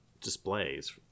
displays